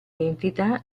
entità